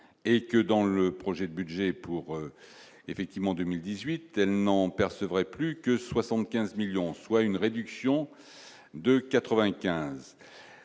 et que dans le projet de budget pour effectivement 2018 n'en percevrait plus que 75 millions, soit une réduction de 95